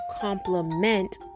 complement